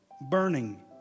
burning